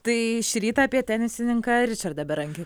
tai šį rytą apie tenisininką ričardą berankį